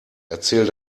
erzähl